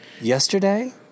yesterday